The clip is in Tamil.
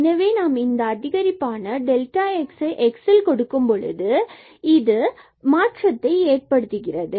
எனவே நாம் இந்த அதிகரிப்பான டெல்டா xஐ xல் கொடுக்கும் போது இந்த மாற்றம் ஏற்படுகிறது